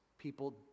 People